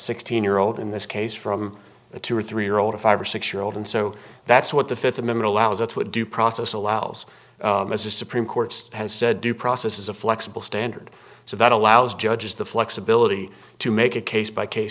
sixteen year old in this case from a two or three year old a five or six year old and so that's what the th amendment allows that's what due process allows as the supreme court's has said due process is a flexible standard so that allows judges the flexibility to make a case by case